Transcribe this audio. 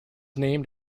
named